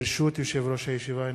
ברשות יושב-ראש הישיבה,